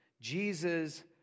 Jesus